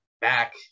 back